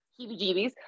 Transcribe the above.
heebie-jeebies